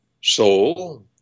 soul